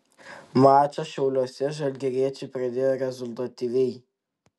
mačą šiauliuose žalgiriečiai pradėjo rezultatyviai